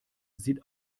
sieht